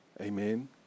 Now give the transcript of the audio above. Amen